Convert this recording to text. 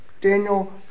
Daniel